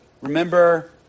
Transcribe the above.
Remember